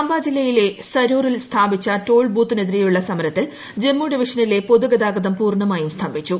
സാമ്പാ ജില്ലയിലെ സരോറിൽ സ്ഥാപിച്ച ടോൾ ബൂത്തിനെതിരെയുള്ള സമരത്തിൽ ജമ്മു ഡിവിഷനിലെ പൊതുഗതാഗതം പൂർണ്ണമായും സ്തംഭിച്ചു